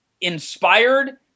inspired